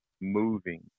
moving